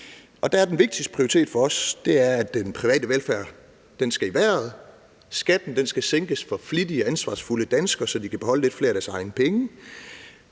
Der er den vigtigste prioritet for os, at den private velfærd skal i vejret. Skatten skal sænkes for flittige, ansvarsfulde danskere, så de kan beholde lidt flere af deres egne penge.